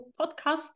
podcast